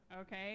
okay